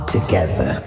together